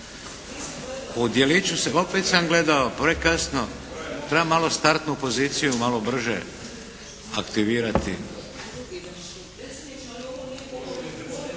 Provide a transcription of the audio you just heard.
U djeliću, opet sam gledao, prekasno. Treba malo startnu poziciju malo brže aktivirati.